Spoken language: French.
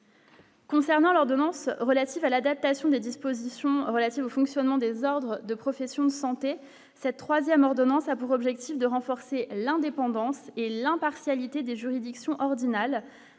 Concernant l'ordonnance relative à l'adaptation des dispositions relatives au fonctionnement des ordres de professions de santé, cette 3ème ordonnance a pour objectif de renforcer l'indépendance et l'impartialité des juridiction ordinale